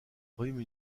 royaume